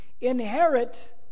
inherit